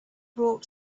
brought